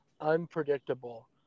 unpredictable